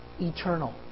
eternal